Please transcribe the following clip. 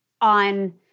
on